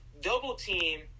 double-team